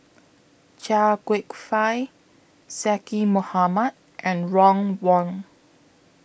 Chia Kwek Fah Zaqy Mohamad and Ron Wong